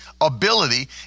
ability